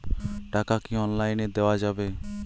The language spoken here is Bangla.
টাকা কি অনলাইনে দেওয়া যাবে?